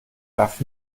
darf